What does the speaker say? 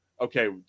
Okay